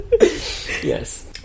Yes